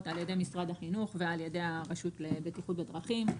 על ידי משרד החינוך ועל ידי הרשות לבטיחות בדרכים.